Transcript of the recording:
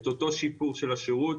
את אותו השיפר של השירות